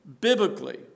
biblically